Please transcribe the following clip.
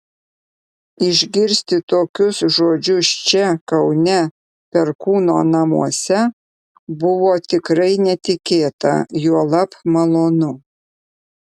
išgirsti tokius žodžius čia kaune perkūno namuose buvo tikrai netikėta juolab malonu